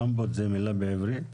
רמפות זה מילה בעברית?